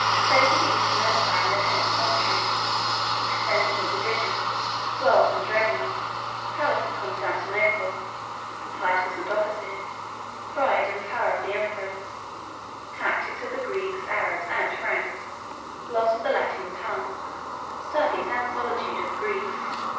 fate of the eastern empire in the tenth century extent and division wealth and revenue palace of constantinople titles and offices pride and power of the emperors tactics of the greeks, arabs, and franks loss of the latin tongue studies and solitude of the greeks.